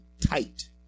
tight